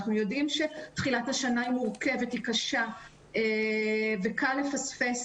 אנחנו יודעים שתחילת השנה היא מורכבת וקשה ושקל לפספס.